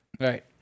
right